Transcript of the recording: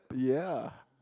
yeah